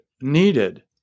needed